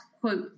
quote